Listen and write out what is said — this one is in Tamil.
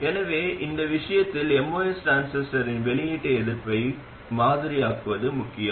எனவே இந்த விஷயத்தில் MOS டிரான்சிஸ்டரின் வெளியீட்டு எதிர்ப்பை மாதிரியாக்குவது முக்கியம்